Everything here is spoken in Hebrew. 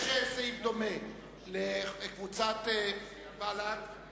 יש סעיף דומה לקבוצת חד"ש.